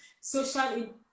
social